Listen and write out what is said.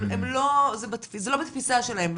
זה לא בתפיסה שלהם,